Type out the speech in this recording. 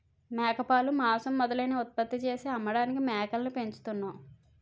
మేకపాలు, మాంసం మొదలైనవి ఉత్పత్తి చేసి అమ్మడానికి మేకల్ని పెంచుతున్నాం